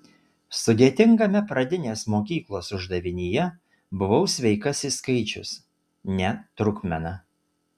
sudėtingame pradinės mokyklos uždavinyje buvau sveikasis skaičius ne trupmena